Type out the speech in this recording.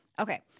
Okay